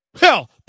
hell